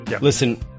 listen